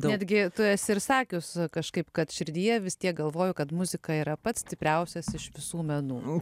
betgi tu esi ir sakius kažkaip kad širdyje vis tiek galvojo kad muzika yra pats stipriausias iš visų menų